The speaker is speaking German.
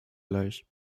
gleich